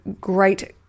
great